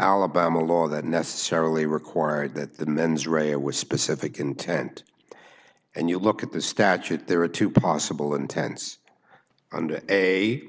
alabama law that necessarily required that the mens rea a was specific intent and you look at the statute there are two possible intents under a